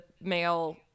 male